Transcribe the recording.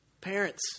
Parents